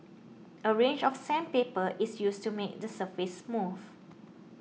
a range of sandpaper is used to make the surface smooth